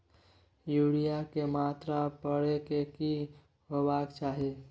Urea के मात्रा परै के की होबाक चाही?